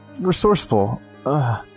Resourceful